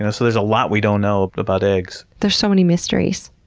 know? so there's a lot we don't know about eggs. there's so many mysteries.